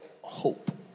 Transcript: hope